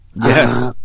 Yes